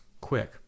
quick